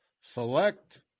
select